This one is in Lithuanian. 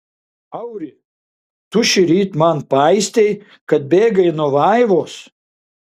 auri tu šįryt man paistei kad bėgai nuo vaivos